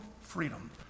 freedom